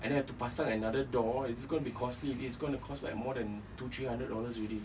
and then have to pasang another door it's going to be costly it is going to cost like more then two three hundred dollars already